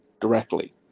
directly